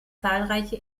zahlreiche